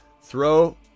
Throw